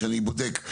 כשאני בודק את הדברים.